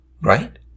right